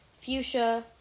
Fuchsia